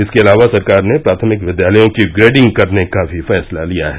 इसके अलावा सरकार ने प्राथमिक विद्यालयों की ग्रेडिंग करने का भी फैसला लिया है